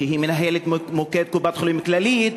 שהיא מנהלת מוקד קופת-חולים כללית,